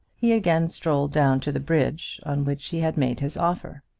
he again strolled down to the bridge on which he had made his offer.